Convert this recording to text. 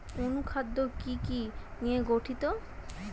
অনুখাদ্য কি কি নিয়ে গঠিত?